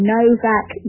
Novak